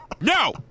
No